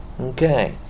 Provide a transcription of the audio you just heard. Okay